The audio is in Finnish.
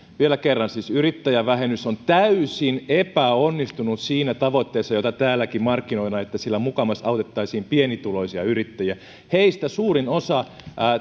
vielä kerran siis yrittäjävähennys on täysin epäonnistunut siinä tavoitteessa jota täälläkin markkinoidaan että sillä mukamas autettaisiin pienituloisia yrittäjiä heistä suurin osa